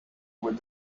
with